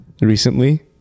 recently